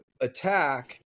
attack